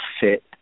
fit